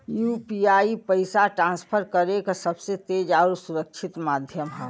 UPI पइसा transfer करे क सबसे तेज आउर सुरक्षित माध्यम हौ